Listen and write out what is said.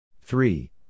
three